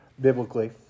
biblically